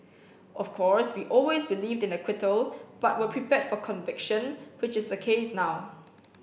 of course we always believed in acquittal but were prepared for conviction which is the case now